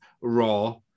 raw